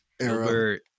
era